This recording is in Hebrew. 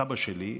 סבא שלי,